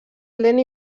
lent